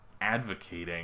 advocating